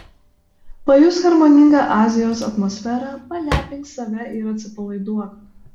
pajusk harmoningą azijos atmosferą palepink save ir atsipalaiduok